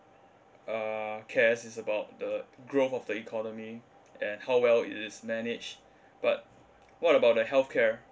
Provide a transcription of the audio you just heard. uh cares is about the growth of the economy and how well it is managed but what about the healthcare